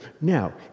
Now